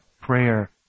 prayer